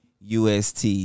UST